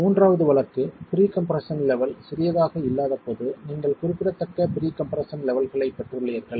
மூன்றாவது வழக்கு pre compression level சிறியதாக இல்லாதபோது நீங்கள் குறிப்பிடத்தக்க ப்ரீ கம்ப்ரெஸ்ஸன் லெவல்களைப் பெற்றுள்ளீர்கள்